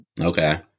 Okay